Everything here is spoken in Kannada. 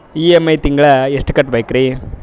ಇ.ಎಂ.ಐ ತಿಂಗಳ ಎಷ್ಟು ಕಟ್ಬಕ್ರೀ?